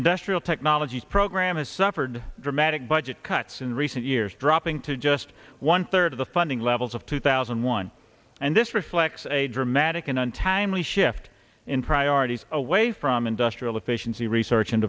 industrial technologies program has suffered dramatic budget cuts in recent years dropping to just one third of the funding levels of two thousand and one and this reflects a dramatic an untimely shift in priorities away from industrial efficiency